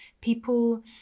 people